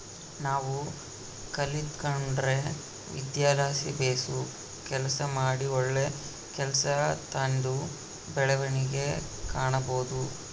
ನಾವು ಕಲಿತ್ಗಂಡಿರೊ ವಿದ್ಯೆಲಾಸಿ ಬೇಸು ಕೆಲಸ ಮಾಡಿ ಒಳ್ಳೆ ಕೆಲ್ಸ ತಾಂಡು ಬೆಳವಣಿಗೆ ಕಾಣಬೋದು